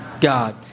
God